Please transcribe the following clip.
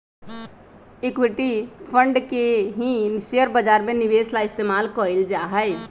equity fund के ही share बाजार में निवेश ला इस्तेमाल कइल जाहई